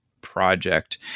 project